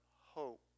hope